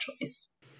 choice